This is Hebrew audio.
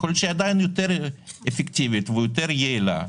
יכול להיות שהיא עדיין יותר אפקטיבית ויותר יעילה,